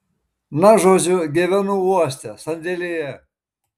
na žodžiu gyvenu uoste sandėlyje